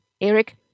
Eric